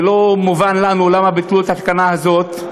ולא מובן לנו למה ביטלו את התקנה הזאת,